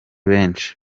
benshi